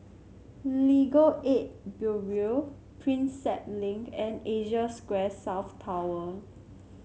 Legal Aid Bureau Prinsep Link and Asia Square South Tower